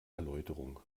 erläuterung